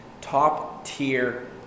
top-tier